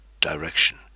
direction